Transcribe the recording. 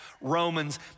Romans